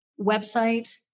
website